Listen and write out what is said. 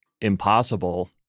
impossible